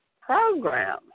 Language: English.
program